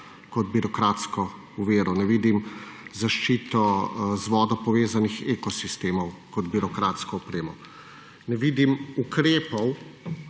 kot birokratsko oviro, ne vidim zaščito z vodo povezanih ekosistemov kot birokratsko oviro. Ne vidim ukrepov,